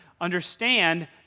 Understand